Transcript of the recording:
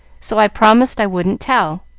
so i promised i wouldn't tell.